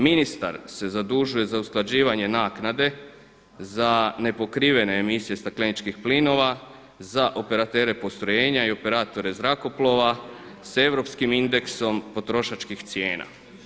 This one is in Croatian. Ministar se zadužuje za usklađivanje naknade za nepokrivene emisije stakleničkih plinova, za operatere postrojenja i operatore zrakoplova sa europskim indeksom potrošačkih cijena.